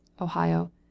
Ohio